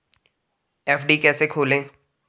FD कैसे खोलें?